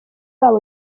wabo